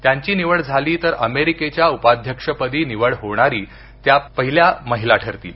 त्यांची निवड झाली तर अमेरिकेच्या उपाध्यक्षपदी निवड होणारी त्या पहिल्या महिला ठरतील